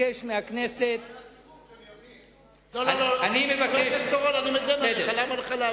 חבר הכנסת אורון, אני מגן עליך, למה לך להבין?